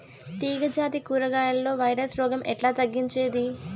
తీగ జాతి కూరగాయల్లో వైరస్ రోగం ఎట్లా తగ్గించేది?